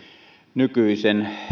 nykyisen